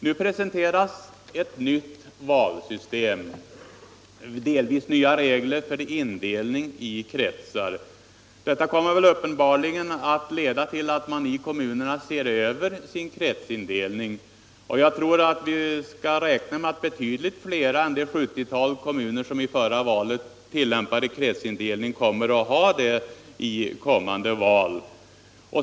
Nu presenteras det ett nytt valsystem med delvis nya regler för indelning i kretsar. Detta kommer uppenbarligen att leda till att man i kommunerna ser över sin kretsindelning, och jag tror vi skall räkna med att betydligt fler än det 70-tal kommuner som tillämpade kretsindelning i det senaste valet kommer att ha sådan indelning i följande val.